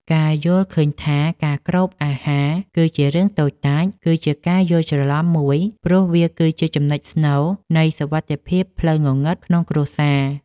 ការយល់ឃើញថាការគ្របអាហារជារឿងតូចតាច គឺជាការយល់ច្រឡំមួយ ព្រោះវាគឺជាចំណុចស្នូលនៃសុវត្ថិភាពផ្លូវងងឹតក្នុងគ្រួសារ។